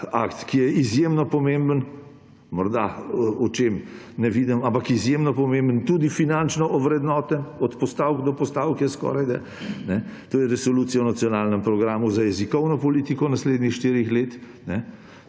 akt, ki je izjemno pomemben, morda očem neviden, ampak izjemno pomemben, tudi finančno ovrednoten od postavke do postavke skorajda. To je Resolucija o nacionalnem programu za jezikovno politiko za naslednja štiri leta.